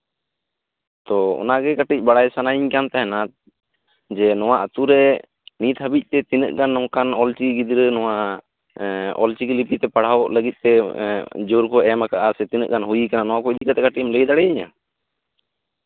ᱛᱳ ᱚᱱᱟ ᱜᱮ ᱠᱟᱹᱴᱤᱡ ᱵᱟᱲᱟᱭ ᱥᱟᱱᱟᱧ ᱠᱟᱱ ᱛᱟᱦᱮᱱᱟ ᱱᱚᱣᱟ ᱟᱛᱳᱨᱮ ᱱᱤᱛ ᱦᱟᱹᱵᱤᱡᱛᱮ ᱛᱤᱱᱟᱹᱜ ᱜᱟᱱ ᱜᱤᱫᱽᱨᱟᱹ ᱱᱚᱣᱟ ᱚᱞᱪᱤᱠᱤ ᱞᱤᱯᱤ ᱛᱮ ᱯᱟᱲᱦᱟᱣ ᱞᱟᱲᱦᱟᱣ ᱞᱟᱹᱜᱤᱫᱛᱮ ᱡᱳᱨ ᱠᱚ ᱮᱢ ᱠᱟᱜᱼᱟ ᱥᱮ ᱦᱳᱭ ᱠᱟᱱᱟ ᱱᱚᱣᱟ ᱠᱚ ᱤᱫᱤ ᱠᱟᱛᱮᱜ ᱠᱟᱹᱴᱤᱡ ᱮᱢ ᱞᱟᱹᱭ ᱫᱟᱲᱮ ᱤᱧᱟᱹ